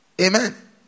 Amen